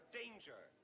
danger